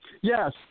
Yes